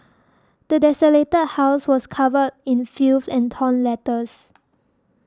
the desolated house was covered in filth and torn letters